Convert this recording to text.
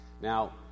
Now